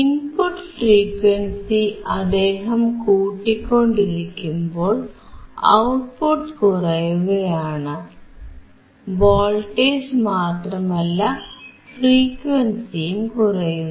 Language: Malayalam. ഇൻപുട്ട് ഫ്രീക്വൻസി അദ്ദേഹം കൂട്ടിക്കൊണ്ടിരിക്കുമ്പോൾ ഔട്ട്പുട്ട് കുറയുകയാണ് വോൾട്ടേജ് മാത്രമല്ല ഫ്രീക്വൻസിയും കുറയുന്നു